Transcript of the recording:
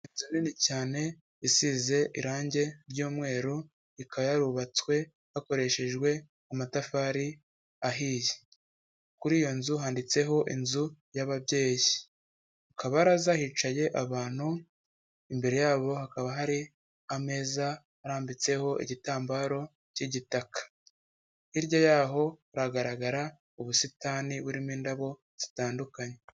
Inzu nini cyane isize irangi ry'umweru ikaba yarubatswe hakoreshejwe amatafari ahiye, kuri iyo nzu handitseho inzu y'ababyeyi, kabaraza hicaye abantu imbere yabo hakaba hari ameza arambitseho igitambaro cy'igitaka, hirya y'aho hagaragara ubusitani buririmo indabo zitandukanye.